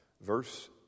verse